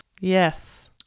Yes